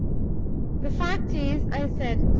the fact is i said,